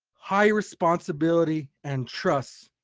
high responsibility, and trusts.